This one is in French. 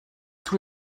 tous